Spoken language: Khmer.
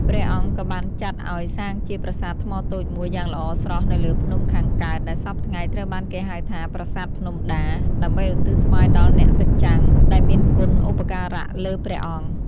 ព្រះអង្គក៏បានចាត់ឲ្យសាងជាប្រាសាទថ្មតូចមួយយ៉ាងល្អស្រស់នៅលើភ្នំខាងកើត ដែលសព្វថ្ងៃត្រូវបានគេហៅថាប្រាសាទភ្នំដា ដើម្បីឧទ្ទិសថ្វាយដល់អ្នកសច្ចំ ដែលមានគុណឧបការៈលើព្រះអង្គ។